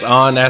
on